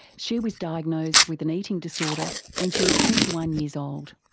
she was diagnosed with an eating disorder when she was twenty one years old.